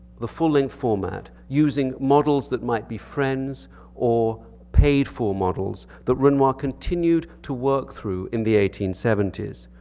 the full-length format, using models that might be friends or paid for models that renoir continued to work through in the eighteen seventy s.